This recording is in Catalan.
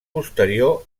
posterior